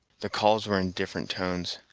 the calls were in different tones,